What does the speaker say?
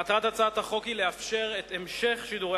מטרת הצעת החוק היא לאפשר את המשך שידורי